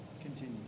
continue